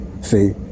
See